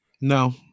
No